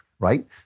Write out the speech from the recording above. Right